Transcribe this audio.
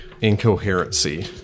incoherency